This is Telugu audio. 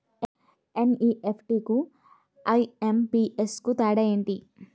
ఎన్.ఈ.ఎఫ్.టి కు ఐ.ఎం.పి.ఎస్ కు తేడా ఎంటి?